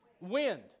wind